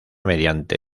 mediante